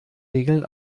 regeln